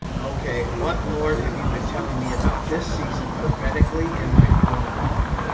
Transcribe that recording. okay, what lord have you been telling me about this season prophetically in my own walk?